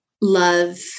love